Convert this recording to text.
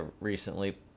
recently